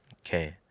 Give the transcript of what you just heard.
Okay